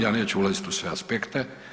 Ja neću ulaziti u sve aspekte.